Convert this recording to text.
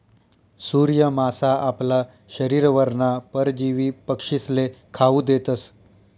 सूर्य मासा आपला शरीरवरना परजीवी पक्षीस्ले खावू देतस